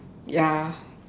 ya